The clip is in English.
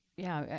yeah,